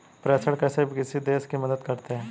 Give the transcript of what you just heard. प्रेषण कैसे किसी देश की मदद करते हैं?